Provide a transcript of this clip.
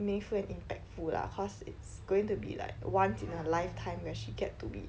meaningful and impactful lah cause it's going to be like once in a lifetime where she get to be